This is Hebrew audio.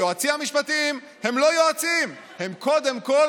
היועצים המשפטיים הם לא יועצים,